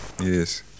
Yes